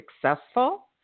successful